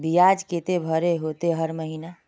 बियाज केते भरे होते हर महीना?